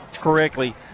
correctly